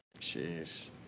jeez